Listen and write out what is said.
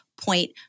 point